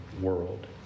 world